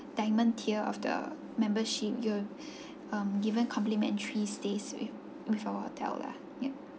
diamond tier of the membership you will um given complimentary stays with with our hotel lah yup